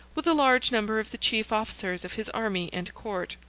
with a large number of the chief officers of his army and court.